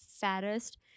fattest